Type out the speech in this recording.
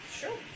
Sure